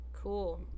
Cool